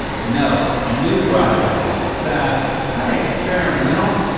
ah no, a new project, it's ah kind of experimental.